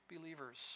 believers